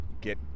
get